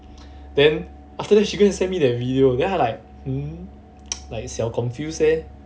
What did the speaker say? then after that she go and send me that video then I'm like mm 小 confuse leh